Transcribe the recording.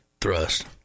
thrust